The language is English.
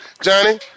johnny